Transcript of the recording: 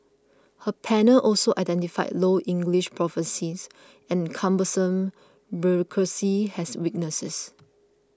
her panel also identified low English proficiency and cumbersome bureaucracy as weaknesses